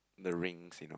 the rings you know